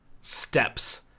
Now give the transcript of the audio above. steps